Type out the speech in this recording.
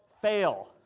fail